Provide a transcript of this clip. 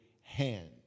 hand